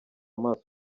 amaso